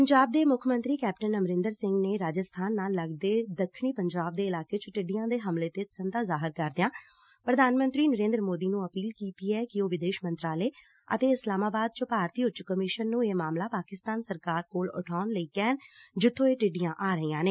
ਪੰਜਾਬ ਦੇ ਮੁੱਖ ਮੰਤਰੀ ਕੈਪਟਨ ਅਮਰਿੰਦਰ ਸਿੰਘ ਨੇ ਰਾਜਸਬਾਨ ਨਾਲ ਲਗਦੇ ਦੱਖਣੀ ਪੰਜਾਬ ਦੇ ਇਲਾਕੇ ਚ ਟਿੱਡੀਆਂ ਦੇ ਹਮਲੇ 'ਤੇ ਚਿੰਤਾ ਜ਼ਾਹਿਰ ਕਰਦਿਆਂ ਪ੍ਰਧਾਨ ਮੰਤਰੀ ਨਰੇ'ਦਰ ਮੋਦੀ ਨੂੰ ਅਪੀਲ ਕੀਤੀ ਐ ਕਿ ਉਹ ਵਿਦੇਸ਼ ਮੰਤਰਾਲੇ ਅਤੇ ਇਸਲਾਮਾਬਾਦ 'ਚ ਭਾਰਤੀ ਉਚ ਕਮਿਸ਼ਨ ਨੂੰ ਇਹ ਮਾਮਲਾ ਪਾਕਿਸਤਾਨ ਸਰਕਾਰ ਕੋਲ ਉਠਾਉਣ ਲਈ ਕਹਿਣ ਜਿੱਥੋ' ਇਹ ਟਿੱਡੀਆਂ ਆ ਰਹੀਆਂ ਨੇ